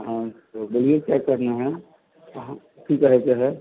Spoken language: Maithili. हँ तऽ बोलिए क्या करना है करै के है